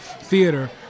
theater